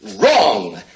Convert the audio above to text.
Wrong